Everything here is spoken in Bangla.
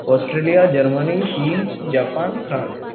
অস্ট্রেলিয়া জার্মানি চিন জাপান ফ্রান্স